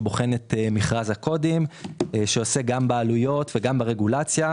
שבוחן את מכרז הקודים ועוסק גם בעלויות וברגולציה,